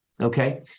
Okay